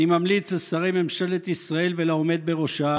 אני ממליץ לשרי ממשלת ישראל ולעומד בראשה